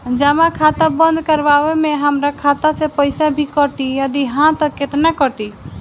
जमा खाता बंद करवावे मे हमरा खाता से पईसा भी कटी यदि हा त केतना कटी?